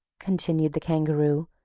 continued the kangaroo,